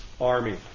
Army